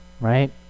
right